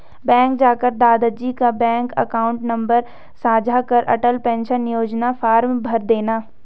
bank जाकर दादा जी का बैंक अकाउंट नंबर साझा कर अटल पेंशन योजना फॉर्म भरदेना